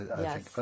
Yes